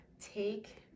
take